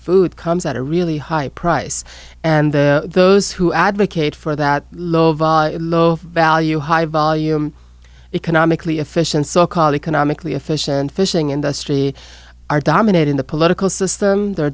food comes at a really high price and the those who advocate for that low volume low value high volume economically efficient so called economically efficient fishing industry are dominating the political system they're